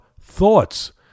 thoughts